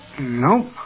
Nope